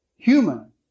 human